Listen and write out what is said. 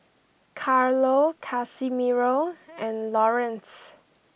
Carlo Casimiro and Laurence